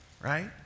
right